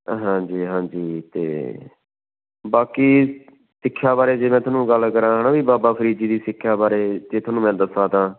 ਹਾਂਜੀ ਹਾਂਜੀ ਅਤੇ ਬਾਕੀ ਸਿੱਖਿਆ ਬਾਰੇ ਜੇ ਮੈਂ ਤੁਹਾਨੂੰ ਗੱਲ ਕਰਾਂ ਹੈ ਨਾ ਵੀ ਬਾਬਾ ਫ਼ਰੀਦ ਜੀ ਦੀ ਸਿੱਖਿਆ ਬਾਰੇ ਜੇ ਤੁਹਾਨੂੰ ਮੈਂ ਦੱਸਾਂ ਤਾਂ